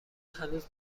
هنوز